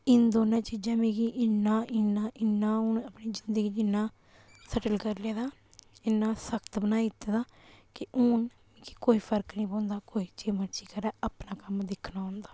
इन दोनें चीजें मिगी इन्ना इन्ना इन्ना हून अपनी जिदंगी इन्ना सैटल कर लेदा इन्ना सकत बनाई दित्ते दा कि हून मिगी कोई फर्क नी पौंदा कोई जियां मर्ज़ी करै अपना कम्म दिक्खना होंदा